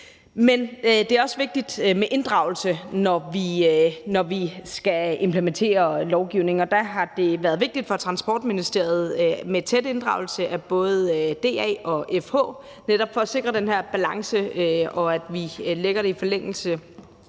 Men det er også vigtigt med inddragelse, når vi skal implementere lovgivningen, og der har det været vigtigt for Transportministeriet med en tæt inddragelse af både DA og FH, netop for at sikre den her balance, og at vi lægger det i forlængelse